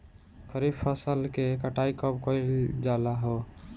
खरिफ फासल के कटाई कब कइल जाला हो?